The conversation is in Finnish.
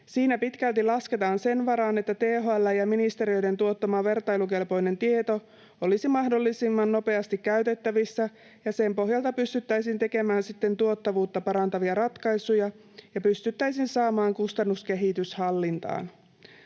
Siinä pitkälti lasketaan sen varaan, että THL:n ja ministeriöiden tuottama vertailukelpoinen tieto olisi mahdollisimman nopeasti käytettävissä ja sen pohjalta pystyttäisiin tekemään sitten tuottavuutta parantavia ratkaisuja ja pystyttäisiin saamaan kustannuskehitys hallintaan.